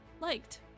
liked